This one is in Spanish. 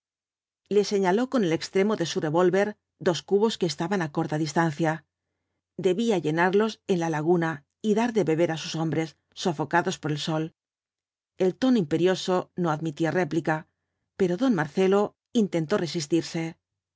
le señaló con el extremo do su revólver dos cubos que estaban á corta distancia debía llenarlos en la laguna y dar de beber á sus hombres sofocados por el sol el tono imperioso no admitía réplica pero don marcelo intentó resistirse